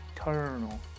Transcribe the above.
eternal